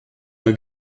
sich